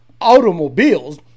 automobiles